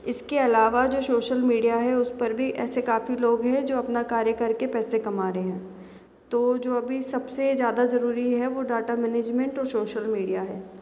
इसके अलावा जो सोशल मीडिया है उस पर भी ऐसे काफ़ी लोग हैं जो अपना कार्य करके पैसा कमा रहे है तो जो अभी जो सबसे ज़्यादा जरूरी हैं वो डाटा मेनेजमेंट और शोशल मीडिया है